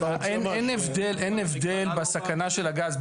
אין הבדל, אין הבדל בסכנה של הגז.